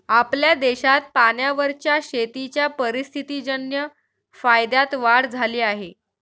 आपल्या देशात पाण्यावरच्या शेतीच्या परिस्थितीजन्य फायद्यात वाढ झाली आहे